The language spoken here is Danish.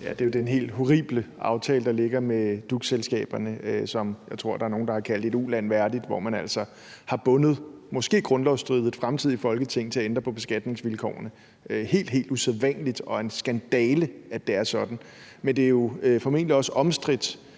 (EL): Det er jo den helt horrible aftale, der ligger med DUC-selskaberne, som jeg tror der er nogle der har kaldt et uland værdigt, hvor man altså har bundet, måske grundlovsstridigt, fremtidige Folketing i forhold til at ændre på beskatningsvilkårene. Det er helt, helt usædvanligt og en skandale, at det er sådan. Men det er jo formentlig også omstridt,